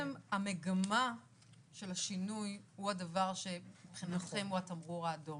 המגמה של השינוי הוא הדבר שמבחינתם הוא התמרור האדום.